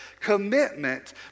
commitment